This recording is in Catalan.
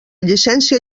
llicència